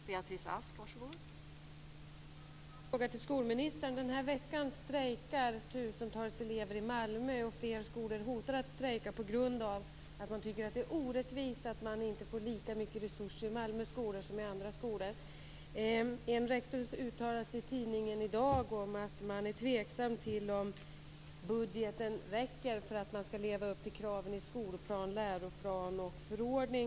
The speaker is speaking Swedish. Fru talman! Jag har en fråga till skolministern. Den här veckan strejkar tusentals elever i Malmö, och fler skolor hotar att strejka på grund av att man tycker att det är orättvist att man inte får lika mycket resurser i Malmös skolor som i andra skolor. En rektor uttalade sig i tidningen i dag om att man är tveksam till om budgeten räcker för att man skall kunna leva upp till kraven i skolplan, läroplan och förordning.